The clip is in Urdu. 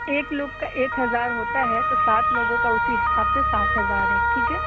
ایک لوگ کا ایک ہزار ہوتا ہے تو سات لوگوں کا اسی حساب سے سات ہزار ہے ٹھیک ہے